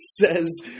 says